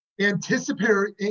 anticipatory